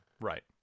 Right